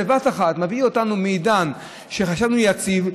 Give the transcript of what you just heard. בבת אחת מביא אותנו מעידן שחשבנו שהוא יציב,